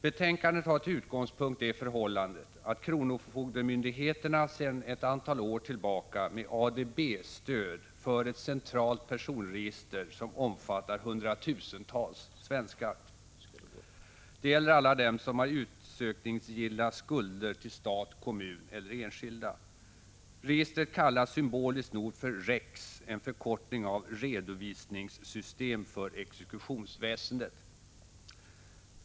Betänkandet har till utgångspunkt det förhållandet att kronofogdemyndigheterna sedan ett antal år tillbaka med ADB-stöd för ett centralt personregister, som omfattar hundratusentals svenskar. Det gäller alla dem som har utsökningsgilla skulder till stat, kommun eller enskilda. Registret kallas symboliskt nog för REX, en förkortning av ”redovisningssystem för exekutionsväsendet”.